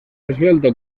esbelto